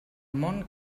món